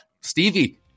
Stevie